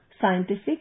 scientific